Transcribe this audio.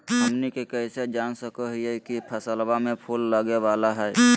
हमनी कइसे जान सको हीयइ की फसलबा में फूल लगे वाला हइ?